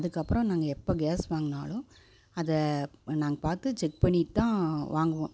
அதுக்கு அப்புறம் நாங்கள் எப்போ கேஸ் வாங்கினாலும் அதை நாங்கள் பார்த்து செக் பண்ணிவிட்டு தான் வாங்குவோம்